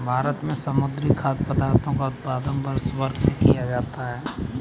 भारत में समुद्री खाद्य पदार्थों का उत्पादन वर्षभर किया जाता है